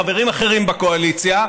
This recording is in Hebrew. חברים אחרים בקואליציה,